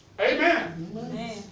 Amen